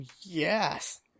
yes